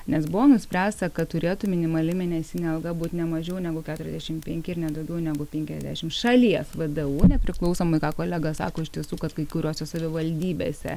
nes buvo nuspręsta kad turėtų minimali mėnesinė alga būt ne mažiau negu keturiasdešim penki ir ne daugiau negu penkiasdešim šalies vdu nepriklausomai ką kolega sako iš tiesų kad kai kuriose savivaldybėse